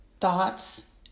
Thoughts